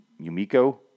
Yumiko